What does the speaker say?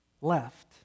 left